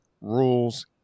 rules